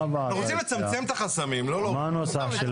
אנחנו רוצים לצמצם את החסמים, לא להוריד.